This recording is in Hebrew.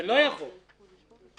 זה לא יבוא לידי פתרון.